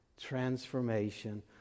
transformation